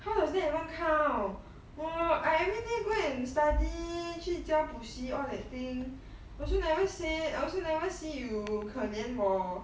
how does that even count I everyday go and study 去教补习 all that thing also I never say also never see you 可怜我